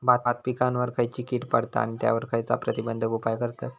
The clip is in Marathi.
भात पिकांवर खैयची कीड पडता आणि त्यावर खैयचे प्रतिबंधक उपाय करतत?